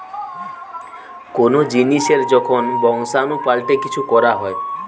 কোন জিনিসের যখন বংশাণু পাল্টে কিছু করা হয়